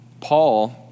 Paul